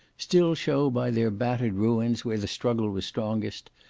still show by their battered ruins, where the struggle was strongest,